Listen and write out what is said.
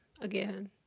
again